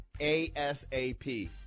ASAP